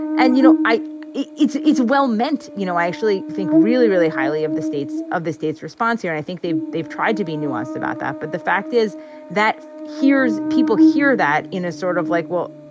and you know, it's it's well-meant. you know, i actually think really, really highly of the states of the states response here. and i think they they've tried to be nuanced about that but the fact is that hears people hear that in a sort of like, well,